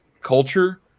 culture